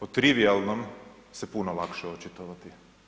O trivijalnom se puno lakše očitovati.